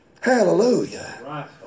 Hallelujah